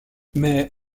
mais